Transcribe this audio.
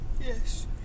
Yes